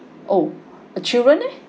oh a children eh